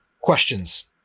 questions